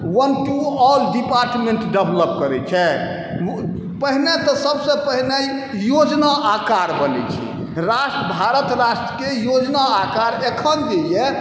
वन two all department develop करै छै मुदा पहिने तऽ सब से पहिने ई योजना आकार बनै छै राष्ट्र भारत राष्ट्रके योजना आकार अखन जे यऽ